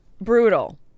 brutal